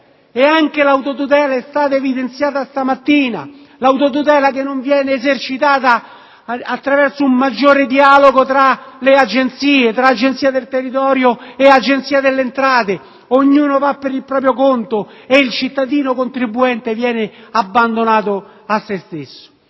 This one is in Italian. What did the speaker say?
che - come è stato evidenziato stamattina - non viene esercitata attraverso un maggiore dialogo tra le agenzie, per esempio, tra l'Agenzia del territorio e l'Agenzia delle entrate, ma ognuno va per proprio conto e il cittadino contribuente viene abbandonato a se stesso.